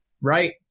right